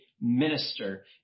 minister